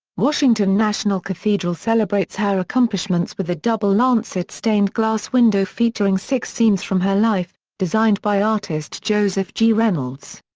washington national cathedral celebrates her accomplishments with a double-lancet stained glass window featuring six scenes from her life, designed by artist joseph g. reynolds.